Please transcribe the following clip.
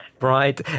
Right